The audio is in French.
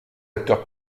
acteurs